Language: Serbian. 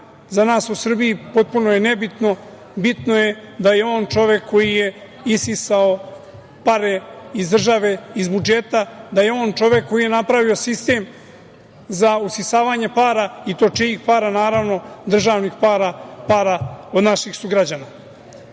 za nas u Srbiji potpuno je ne bitno, bitno je da je on čovek koji je isisao pare iz države, iz budžeta, da je on čovek koji je napravio sistem za usisavanje para i to čijih para, državnih para, para od naših sugrađana. Ono